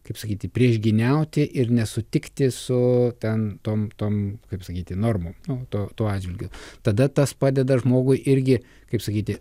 kaip sakyti priešgyniauti ir nesutikti su ten tom tom kaip sakyti normų nu tuo tuo atžvilgiu tada tas padeda žmogui irgi kaip sakyti